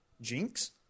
Jinx